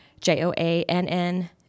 J-O-A-N-N